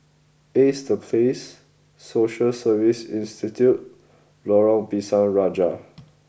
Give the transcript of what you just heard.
Ace The Place Social Service Institute Lorong Pisang Raja